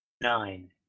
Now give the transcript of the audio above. Nine